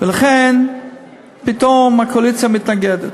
ולכן פתאום הקואליציה מתנגדת.